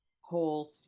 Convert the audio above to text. whole